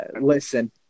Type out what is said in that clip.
listen